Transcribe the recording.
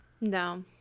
No